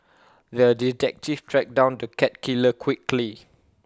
the detective tracked down the cat killer quickly